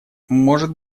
может